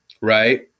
right